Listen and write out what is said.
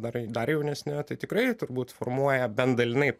dar dar jaunesniojo tai tikrai turbūt formuoja bent dalinai